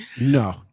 No